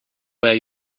where